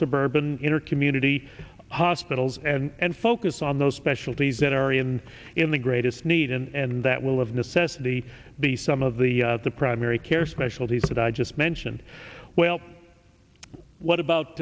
suburban inner community hospitals and focus on those specialties that are even in the greatest need and that will of necessity be some of the the primary care specialties that i just mentioned well what about